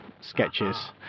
sketches